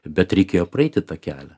bet reikėjo praeiti tą kelią